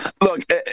Look